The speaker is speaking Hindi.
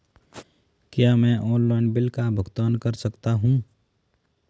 क्या मैं ऑनलाइन बिल का भुगतान कर सकता हूँ?